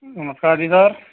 नमस्कार जी सर